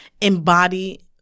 embody